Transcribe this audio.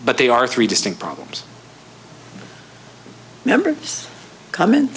but they are three distinct problems numbers come in